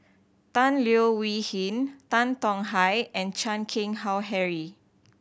Tan Leo Wee Hin Tan Tong Hye and Chan Keng Howe Harry